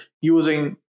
using